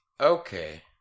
Okay